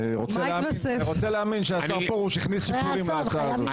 אני רוצה להאמין שהשר פרוש הכניס שיפורים להצעה הזאת.